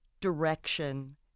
direction